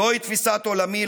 זוהי תפיסת עולמי,